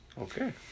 Okay